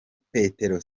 petero